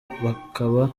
hakaba